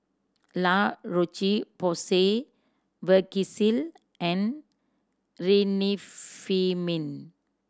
La Roche Porsay Vagisil and Remifemin